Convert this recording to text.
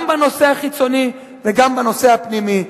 גם בנושא החיצוני וגם בנושא הפנימי.